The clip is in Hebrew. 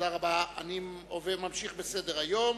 אני ממשיך בסדר-היום.